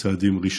בצעדים ראשונים.